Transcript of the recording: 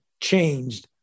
changed